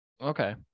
Okay